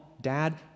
Dad